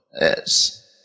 Yes